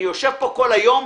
אני יושב פה כל היום,